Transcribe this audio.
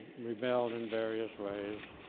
rebelled in various ways.